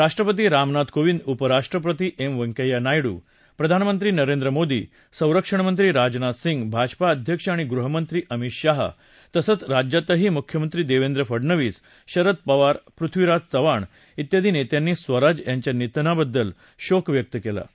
राष्ट्पती रामनाथ कोविंद उपराष्ट्पती एम व्यंकय्या नायड प्रधानमंत्री नरेंद्र मोदी संरक्षणमंत्री राजनाथ सिंग भाजपा अध्यक्ष आणि गृहमंत्री अमित शाह तसंच राज्यातही मुख्यमंत्री देवेंद्र फडनवीस शरद पवार पृथ्विराज चव्हाण ियादी नेत्यांनी स्वराज यांच्या निधनाबद्दल शोक व्यक्त केला आहे